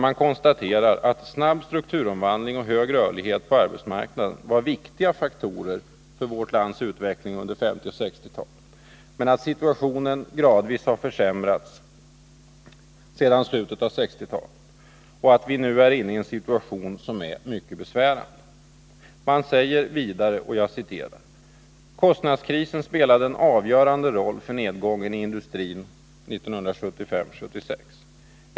Man konstaterar där att snabb strukturomvandling och hög rörlighet var viktiga faktorer för vårt lands utveckling under 1950 och 1960-talen men att situationen gradvis har försämrats sedan slutet av 1960-talet och att vi nu är inne i en situation som är mycket besvärande. Man säger vidare: Nr 50 Kostnadskrisen spelade en avgörande roll för nedgången i industrin 1975-1976.